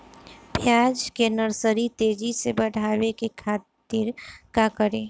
प्याज के नर्सरी तेजी से बढ़ावे के खातिर का करी?